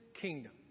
kingdom